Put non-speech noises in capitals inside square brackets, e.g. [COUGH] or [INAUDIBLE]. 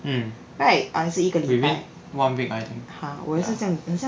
mmhmm within one week I think [NOISE]